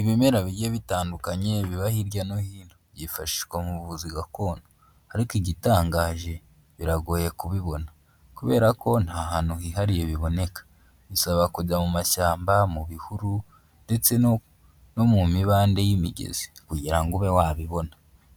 Ibimera bigiye bitandukanye, biba hirya no hino. Byifashishwa mu buvuzi gakondo. Ariko igitangaje, biragoye kubibona. Kubera ko nta hantu hihariye biboneka. Bisaba kujya mu mashyamba, mu bihuru, ndetse no mu mibande y'imigezi. Kugira ngo ube wabibona.